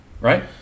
right